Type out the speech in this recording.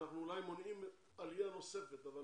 אנחנו אולי מונעים עלייה נוספת אבל